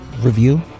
review